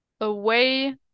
away